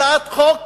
הצעת חוק